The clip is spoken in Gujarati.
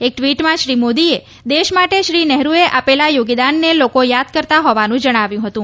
એક ટ્વીટમાં શ્રી મોદીએ દેશ માટે શ્રી નહેર્રએ આપેલા યોગદાનને લોકો યાદ કરતાં હોવાનું જણાવ્યું હતું